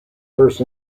first